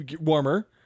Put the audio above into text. Warmer